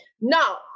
Now